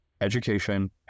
education